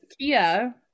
Kia